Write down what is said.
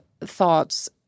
thoughts